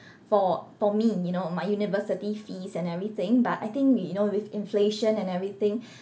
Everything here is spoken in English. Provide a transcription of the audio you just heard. for for me you know my university fees and everything but I think we know with inflation and everything